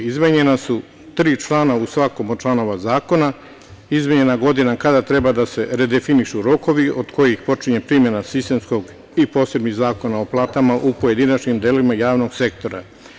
Izmenjena su tri člana u svakom od članova zakona, izmenjena godina kada treba da se redefinišu rokovi od kojih počinje primena sistemskog i posebnih zakona o platama u pojedinačnim delovima javnog sektora.